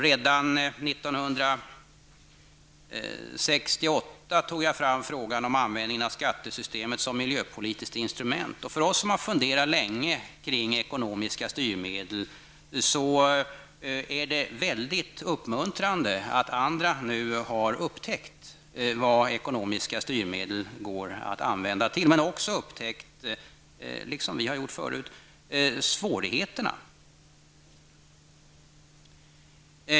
Redan 1968 tog jag upp frågan om användningen av skattesystemet som ett miljöpolitiskt instrument. För oss som funderat länge kring frågan om ekonomiska styrmedel är det väldigt uppmuntrande att andra nu har upptäckt vad ekonomiska styrmedel går att använda till. Men man har också upptäckt svårigheterna, såsom vi gjort förut.